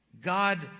God